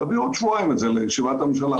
ונביא את זה עוד שבועיים להחלטת הממשלה.